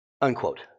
Unquote